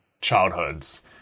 childhoods